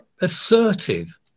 assertive